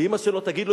ואמא שלו תגיד לו,